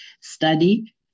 study